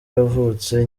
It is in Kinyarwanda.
yavutse